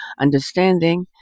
understanding